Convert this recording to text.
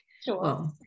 Sure